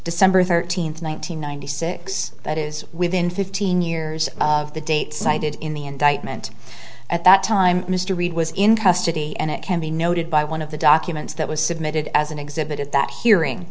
december thirteenth one thousand nine hundred six that is within fifteen years of the date cited in the indictment at that time mr reed was in custody and it can be noted by one of the documents that was submitted as an exhibit at that hearing